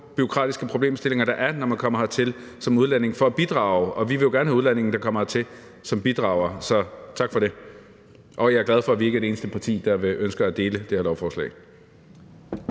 bureaukratiske problemstillinger, der er, når man kommer hertil som udlænding for at bidrage, og vi vil jo gerne have, at udlændinge kommer hertil og bidrager. Så tak for det, og jeg er glad for, at vi ikke er det eneste parti, der ønsker at dele det her lovforslag.